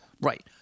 Right